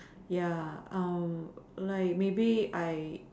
ya like maybe I